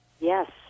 Yes